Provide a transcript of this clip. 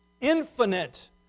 infinite